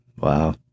Wow